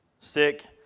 sick